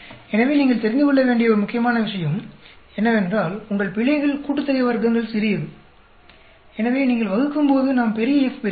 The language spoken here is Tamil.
எனவே நீங்கள் தெரிந்து கொள்ள வேண்டிய ஒரு முக்கியமான விஷயம் என்னவென்றால் உங்கள் பிழைகள் கூட்டுத்தொகை வர்க்கங்கள் சிறியது எனவே நீங்கள் வகுக்கும்போது நாம் பெரிய F பெறுகிறோம்